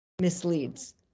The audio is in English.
misleads